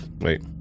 Wait